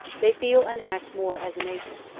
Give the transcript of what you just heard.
they feel and act more as a nation.